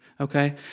okay